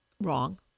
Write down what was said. wrong